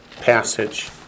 passage